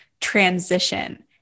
transition